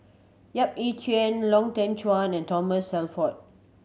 Yap Ee Chian Lau Teng Chuan and Thomas Shelford